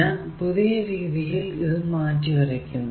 ഞാൻ പുതിയ രീതിയിൽ ഇത് മാറ്റി വരക്കുന്നു